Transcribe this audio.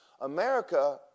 America